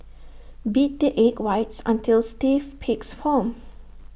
beat the egg whites until stiff peaks form